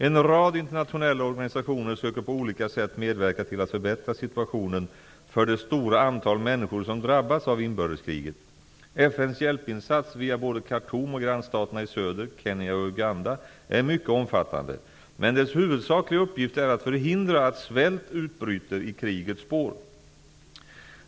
En rad internationella organisationer söker på olika sätt medverka till att förbättra situationen för det stora antal människor som drabbats av inbördeskriget. FN:s hjälpinsats via både Khartoum och grannstaterna i söder, Kenya och Uganda, är mycket omfattande, men dess huvudsakliga uppgift är att förhindra att svält utbryter i krigets spår.